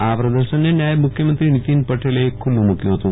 આ પ્રદર્શનને નાયબ મુખ્યમંત્રી નીતિન પટેલે ખુલ્લુ મુક્ષ્કૃતું